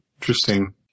interesting